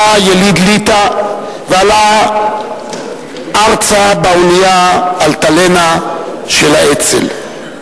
היה יליד ליטא ועלה ארצה באונייה "אלטלנה" של האצ"ל.